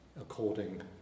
according